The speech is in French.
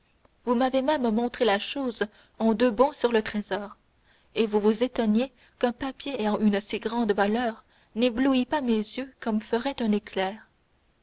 vous m'avez même montré la chose en deux bons sur le trésor et vous vous étonniez qu'un papier ayant une si grande valeur n'éblouît pas mes yeux comme ferait un éclair